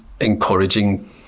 encouraging